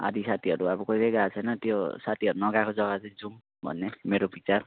साथी साथीहरू अब कहिले गएको छैन त्यो साथीहरू नगएको जग्गा चाहिँ जाउँ भन्ने मेरो विचार